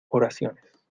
oraciones